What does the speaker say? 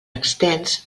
extens